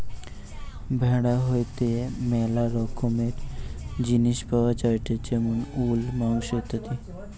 ভেড়া হইতে ম্যালা রকমের জিনিস পাওয়া যায়টে যেমন উল, মাংস ইত্যাদি